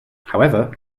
however